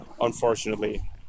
unfortunately